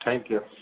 thank you